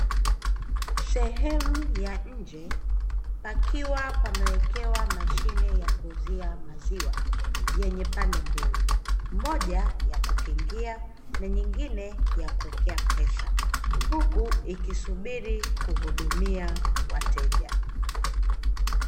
Sehemu ya nje pakiwa pamewekewa mashine ya kuuzia maziwa yenye pande mbili, moja ya kukingia na nyingine ya kuwekea pesa huku ikisubiri kuhudumia wateja.